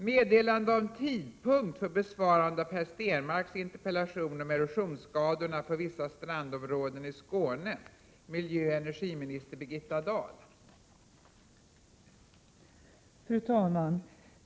Maddélandsöminer Fru talman!